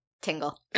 Tingle